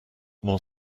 more